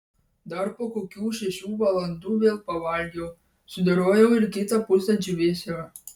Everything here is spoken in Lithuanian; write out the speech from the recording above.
dar po kokių šešių valandų vėl pavalgiau sudorojau ir kitą pusę džiūvėsio